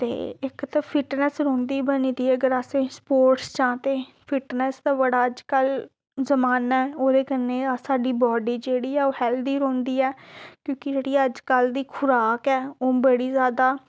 ते इक ते फिटनस रौंह्दी बनी दी अगर असें स्पोर्टस आं ते फिटनस दा बड़ा अज्जकल जमान्ना ऐ ओह्दे कन्नै साढ़ी बाडी जेह्ड़ी ऐ ओह् हैल्दी रौंह्दी ऐ क्योंकि जेह्ड़ी अज्जकल दी खराक ऐ ओह् बड़ी ज्यादा